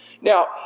Now